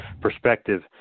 perspective